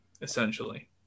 essentially